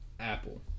apple